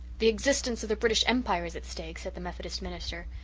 the existence of the british empire is at stake, said the methodist minister.